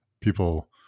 people